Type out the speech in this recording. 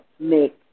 make